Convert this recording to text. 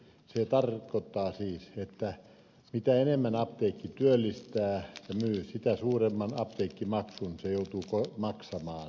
se tarkoittaa siis että mitä enemmän apteekki työllistää ja myy sitä suuremman apteekkimaksun se joutuu maksamaan